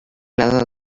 lado